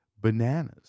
Bananas